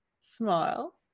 smile